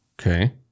Okay